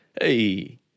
Hey